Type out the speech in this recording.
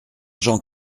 jean